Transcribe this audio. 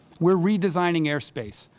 we are redesigning air space.